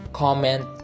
comment